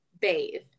bathe